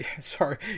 sorry